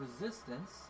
resistance